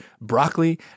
broccoli